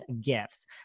gifts